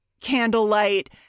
candlelight